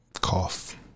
cough